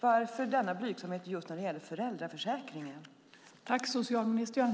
Varför denna blygsamhet just när det gäller föräldraförsäkringen?